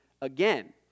again